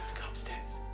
go upstairs